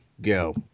Go